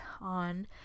on